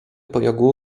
pajėgų